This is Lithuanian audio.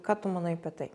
ką tu manai apie tai